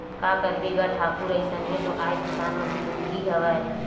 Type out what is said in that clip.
का करबे गा ठाकुर अइसने तो आय किसान मन के जिनगी हवय